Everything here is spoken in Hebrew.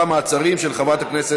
47 בעד, ללא מתנגדים, עם נמנע